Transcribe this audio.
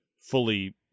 fully